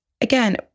again